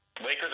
Lakers